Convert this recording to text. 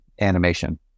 animation